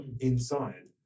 inside